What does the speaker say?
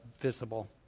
visible